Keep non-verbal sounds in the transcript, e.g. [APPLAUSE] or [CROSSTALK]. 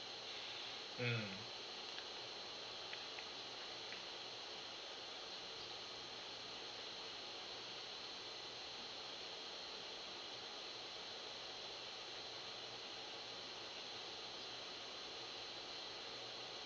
[BREATH] mm [BREATH]